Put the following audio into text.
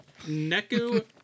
Neku